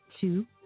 two